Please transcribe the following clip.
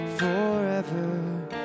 forever